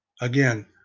Again